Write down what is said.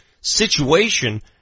situation